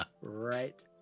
right